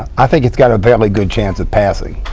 i think it's got a fairly good chance at passing.